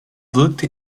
wirkte